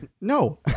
No